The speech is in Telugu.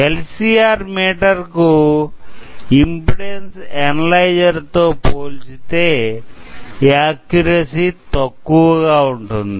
ఎల్సీఆర్ మీటర్ కు ఇంపిడెన్సు అనలైజర్ తో పోల్చితే ఆక్క్యురసీ తక్కువగా ఉంటుంది